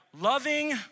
loving